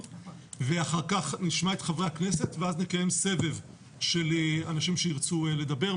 אחר כך נשמע את חברי הכנסת ואז נקיים סבב של אנשים שירצו לדבר.